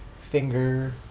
finger